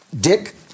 Dick